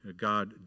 God